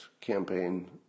campaign